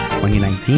2019